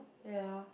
there are